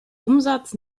umsatz